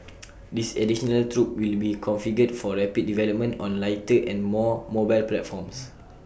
this additional troop will be configured for rapid development on lighter and more mobile platforms